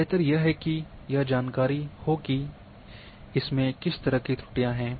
बेहतर यह है कि यह जानकारी हो कि इसमें किस तरह की त्रुटियां हैं